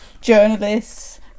journalists